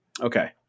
Okay